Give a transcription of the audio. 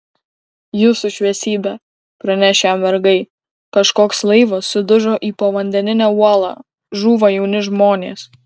jūsų šviesybe praneš jam vergai kažkoks laivas sudužo į povandeninę uolą žūva jauni žmonės